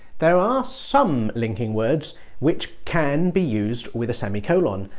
there are some linking words which can be used with a semicolon,